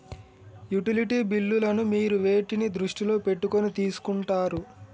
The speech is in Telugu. యుటిలిటీ బిల్లులను మీరు వేటిని దృష్టిలో పెట్టుకొని తీసుకుంటారు?